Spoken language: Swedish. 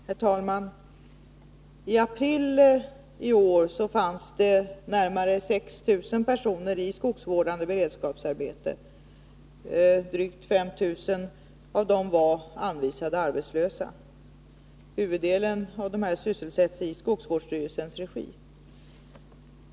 Herr talman! I april i år fanns det närmare 6 000 personer i skogsvårdande beredskapsarbete. Drygt 5 000 av dem var arbetslösa som anvisats arbete. Huvuddelen av dessa sysselsätts i skogsvårdsstyrelsens regi.